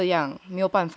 没有办法 yeah